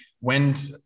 went